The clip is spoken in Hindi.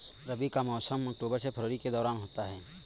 रबी का मौसम अक्टूबर से फरवरी के दौरान होता है